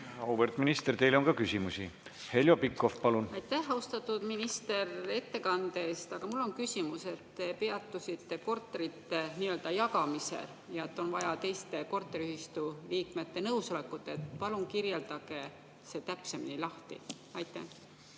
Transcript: auväärt minister! Teile on ka küsimusi. Heljo Pikhof, palun! Aitäh, austatud minister, ettekande eest! Aga mul on küsimus. Te peatusite korterite nii-öelda jagamisel ja et on vaja teiste korteriühistuliikmete nõusolekut. Palun kirjeldage see täpsemini lahti. Aitäh,